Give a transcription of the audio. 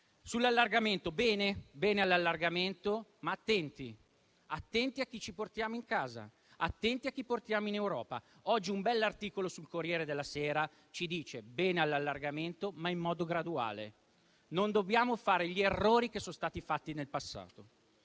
Sull'allargamento bene, ma attenti a chi ci portiamo in casa, attenti a chi portiamo in Europa. Oggi un bell'articolo sul «Corriere della Sera» ci dice che va bene l'allargamento, ma in modo graduale. Non dobbiamo fare gli errori che sono stati commessi nel passato.